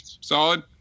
Solid